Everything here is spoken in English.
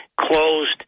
closed